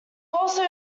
also